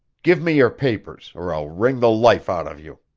give me your papers, or i'll wring the life out of you!